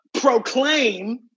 proclaim